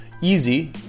Easy